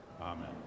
Amen